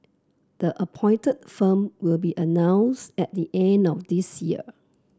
the appointed firm will be announced at the end of this year